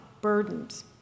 burdened